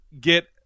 get